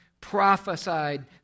prophesied